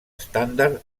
estàndard